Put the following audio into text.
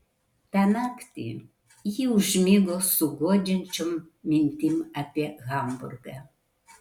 tą naktį ji užmigo su guodžiančiom mintim apie hamburgą